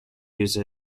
use